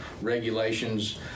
regulations